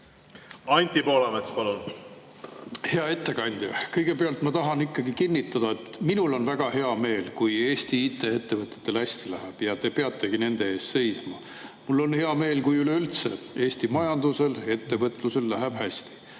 Anti Poolamets, palun! Hea ettekandja! Kõigepealt ma tahan kinnitada, et minul on väga hea meel, kui Eesti IT-ettevõtetel läheb hästi. Te peategi nende eest seisma. Mul on hea meel, kui üleüldse Eesti majandusel ja ettevõtlusel läheb hästi.